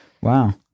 Wow